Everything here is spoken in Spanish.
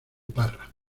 parra